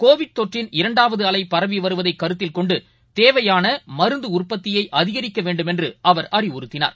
கோலிட் தொற்றின் இரண்டாவதுஅலைபரவிவருவதைகருத்தில் கொண்டுதேவையானமருந்தஉற்பத்தியைஅதிகரிக்கவேண்டுமென்றுஅவர் அறிவுறுத்தினார்